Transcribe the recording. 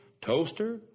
toaster